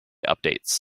updates